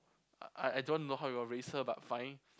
I I don't know how you will raise her but fine